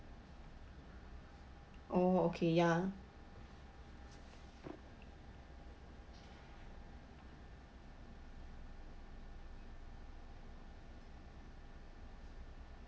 oh okay ya